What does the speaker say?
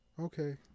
okay